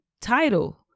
title